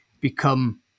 become